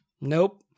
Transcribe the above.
Nope